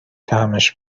طعمش